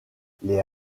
les